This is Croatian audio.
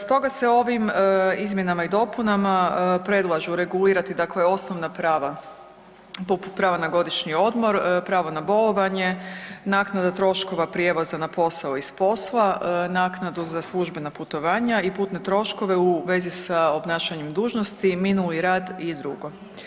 Stoga se ovim izmjenama i dopunama predlažu regulirati dakle osnovna prava, poput prava na godišnji odmor, pravo na bolovanje, naknada troškova prijevoza na posao i s posla, naknadu za službena putovanja i putne troškove u vezi s obnašenjem dužnosti, minuli rad i drugo.